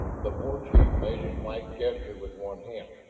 the war chief made a slight gesture with one hand.